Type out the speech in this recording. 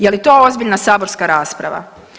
Je li to ozbiljna saborska rasprava?